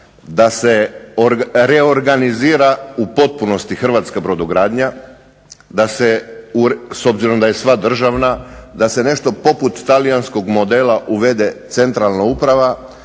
da se reorganizira u potpunosti hrvatska brodogradnja, s obzirom da je sva državna da se nešto poput talijanskog modela uvede centralna uprava,